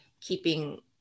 keeping